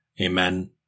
Amen